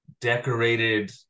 decorated